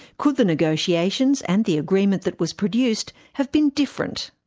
could the negotiations and the agreement that was produced have been different?